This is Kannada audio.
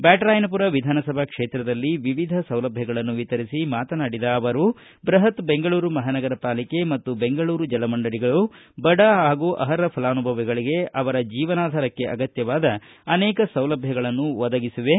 ಬ್ಯಾಟರಾಯನಪುರ ವಿಧಾನಸಭಾ ಕ್ಷೇತ್ರದಲ್ಲಿ ವಿವಿಧ ಸವಲತ್ತುಗಳನ್ನು ವಿತರಿಸಿ ಮಾತನಾಡಿದ ಅವರು ಬೃಹತ್ ಬೆಂಗಳೂರು ಮಹಾನಗರ ಪಾಲಿಕೆ ಮತ್ತು ಬೆಂಗಳೂರು ಜಲಮಂಡಳಿಗಳು ಬಡ ಹಾಗೂ ಅರ್ಹ ಫಲಾನುಭವಿಗಳಿಗೆ ಅವರ ಜೀವನಾಧರಕ್ಕೆ ಅಗತ್ಯವಾದ ಅನೇಕ ಸೌಲಭ್ಯಗಳನ್ನು ಒದಗಿಸಿವೆ